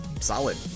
solid